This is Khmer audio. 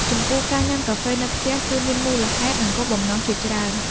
ចំពោះ ការញ៉ាំកាហ្វេនៅផ្ទះ គឺមានមូលហេតុ និងគោលបំណងជាច្រើន។